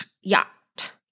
Yacht